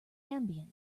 ambient